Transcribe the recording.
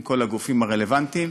עם כל הגופים הרלוונטיים,